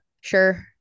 Sure